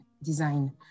Design